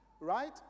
right